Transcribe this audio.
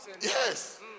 Yes